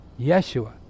Yeshua